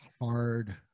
hard